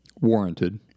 warranted